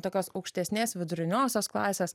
tokios aukštesnės viduriniosios klasės